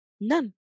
none